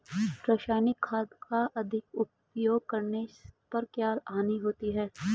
रासायनिक खाद का अधिक प्रयोग करने पर क्या हानि होती है?